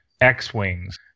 X-wings